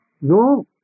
No